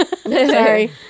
Sorry